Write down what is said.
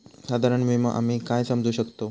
साधारण विमो आम्ही काय समजू शकतव?